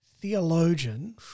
theologian